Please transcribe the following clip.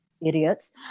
idiots